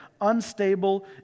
unstable